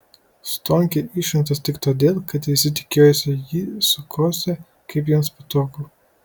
stonkė išrinktas tik todėl kad visi tikėjosi jį sukiosią kaip jiems patogu